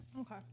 Okay